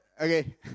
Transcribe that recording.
Okay